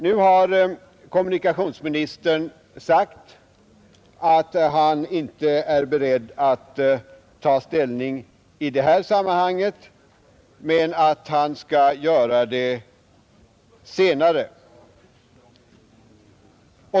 Nu har kommunikationsministern sagt att han inte är beredd att ta ställning i detta sammanhang, men att han skall göra det senare.